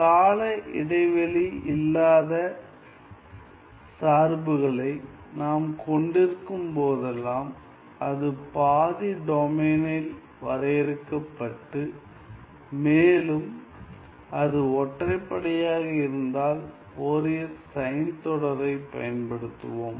கால இடைவெளி இல்லாத சார்புகளை நாம் கொண்டிருக்கும் போதெல்லாம் அது பாதி டொமைனில் வரையறுக்கப்பட்டு மேலும் அது ஒற்றைப்படையாக இருந்தால் ஃபோரியர் சைன் தொடரைப் பயன்படுத்துவோம்